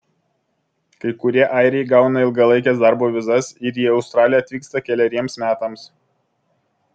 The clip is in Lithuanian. kai kurie airiai gauna ilgalaikes darbo vizas ir į australiją atvyksta keleriems metams